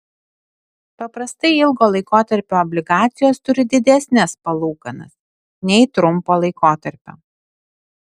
paprastai ilgo laikotarpio obligacijos turi didesnes palūkanas nei trumpo laikotarpio